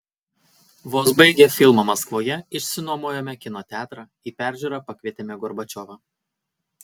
vos baigę filmą maskvoje išsinuomojome kino teatrą į peržiūrą pakvietėme gorbačiovą